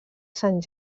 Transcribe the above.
sant